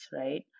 right